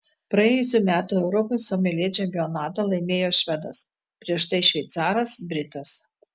praėjusių metų europos someljė čempionatą laimėjo švedas prieš tai šveicaras britas